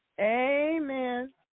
Amen